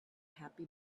happy